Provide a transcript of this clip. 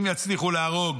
אם יצליחו להרוג